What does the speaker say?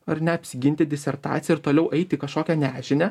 ar ne apsiginti disertaciją ir toliau eit į kažkokią nežinią